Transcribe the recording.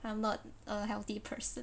I'm not a healthy person